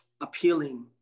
appealing